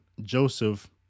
Joseph